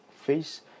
face